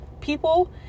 people